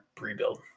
rebuild